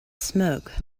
smoke